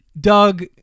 Doug